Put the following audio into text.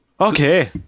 Okay